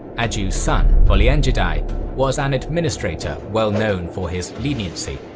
aju's son bolianjidai was an administrator well known for his leniency,